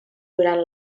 durant